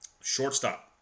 Shortstop